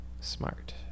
smart